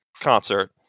concert